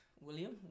William